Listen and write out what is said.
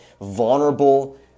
vulnerable